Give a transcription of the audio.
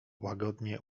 łagodnie